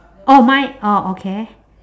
oh mine oh okay